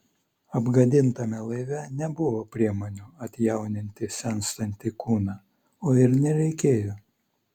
apgadintame laive nebuvo priemonių atjauninti senstantį kūną o ir nereikėjo